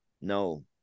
No